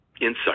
insight